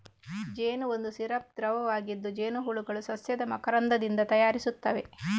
ಜೇನು ಒಂದು ಸಿರಪ್ ದ್ರವವಾಗಿದ್ದು, ಜೇನುಹುಳುಗಳು ಸಸ್ಯದ ಮಕರಂದದಿಂದ ತಯಾರಿಸುತ್ತವೆ